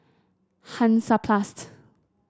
Hansaplast